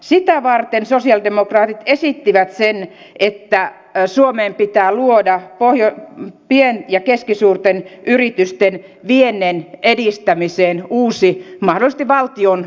sitä varten sosialidemokraatit esittivät että suomeen pitää luoda pien ja keskisuurten yritysten viennin edistämiseen uusi mahdollisesti valtion yhtiö